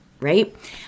right